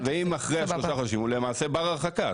נכון, ואם אחרי השלושה חודשים הוא למעשה בר הרחקה.